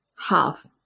half